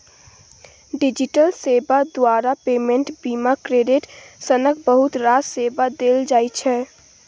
digital सेबा द्वारा payment, बीमा, क्रेडिट सनक बहुत रास सेबा देल जाइ छै